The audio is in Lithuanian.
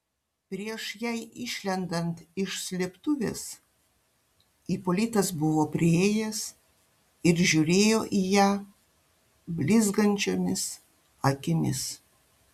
prieš jai išlendant iš slėptuvės ipolitas buvo priėjęs ir žiūrėjo į ją blizgančiomis akimis